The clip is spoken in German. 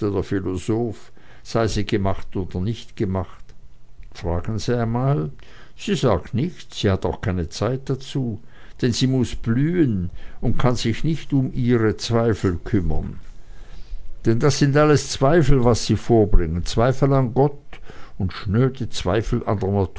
der philosoph sei sie gemacht oder nicht gemacht fragen sie einmal sie sagt nichts sie hat auch nicht zeit dazu denn sie muß blühen und kann sich nicht um ihre zweifel kümmern denn das sind alles zweifel was sie vorbringen zweifel an gott und schnöde zweifel